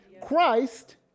Christ